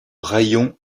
raïon